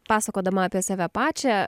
pasakodama apie save pačią